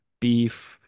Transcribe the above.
beef